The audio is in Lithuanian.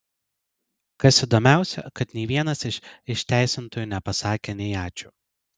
kas įdomiausią kad nei vienas iš išteisintųjų nepasakė nei ačiū